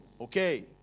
Okay